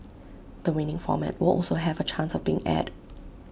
the winning format will also have A chance of being aired